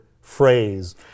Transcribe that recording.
phrase